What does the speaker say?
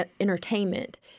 entertainment